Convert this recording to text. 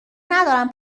ندارم